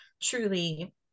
truly